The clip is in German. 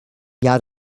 jahr